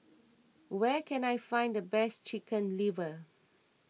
where can I find the best Chicken Liver